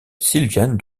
sylviane